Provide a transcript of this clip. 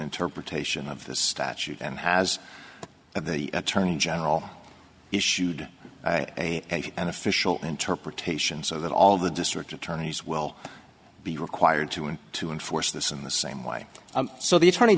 interpretation of the statute and has the attorney general issued an official interpretation so that all the district attorneys will be required to and to enforce this in the same way so the attorney